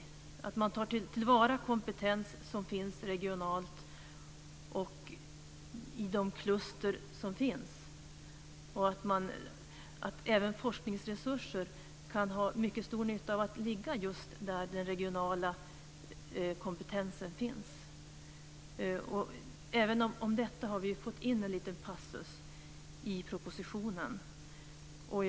Det gäller att ta till vara den kompetens som finns regionalt och i befintliga kluster. Även forskningsresurser kan vara till stor nytta genom att ligga där den regionala kompetensen finns. Vi har fått in en liten passus i propositionen om detta.